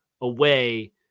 away